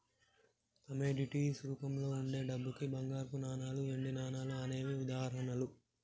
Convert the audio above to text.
commodities రూపంలో వుండే డబ్బుకి బంగారపు నాణాలు, వెండి నాణాలు అనేవే ఉదాహరణలు